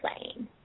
playing